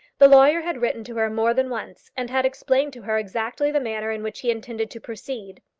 the lawyer had written to her more than once, and had explained to her exactly the manner in which he intended to proceed.